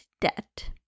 debt